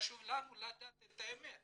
וחשוב לנו לדעת את האמת.